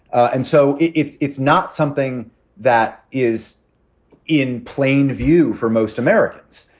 and so it is not something that is in plain view for most americans.